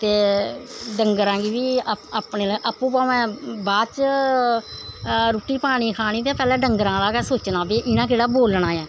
ते डंगरा गी बी अपने आपें भामें बाद च रुट्टी पानी खानी ते पैह्लें डंगरां दा गै सोचना ते इ'नें केह्ड़ा बोलना ऐ